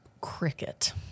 Cricket